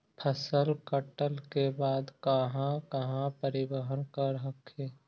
फसल कटल के बाद कहा कहा परिबहन कर हखिन?